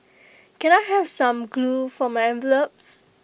can I have some glue for my envelopes